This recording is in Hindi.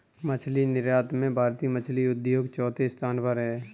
मछली निर्यात में भारतीय मछली उद्योग चौथे स्थान पर है